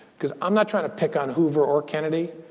because i'm not trying to pick on hoover or kennedy,